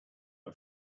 are